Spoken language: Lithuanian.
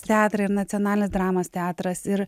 teatrai ir nacionalinis dramos teatras ir